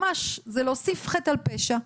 זה ממש להוסיף חטא על פשע,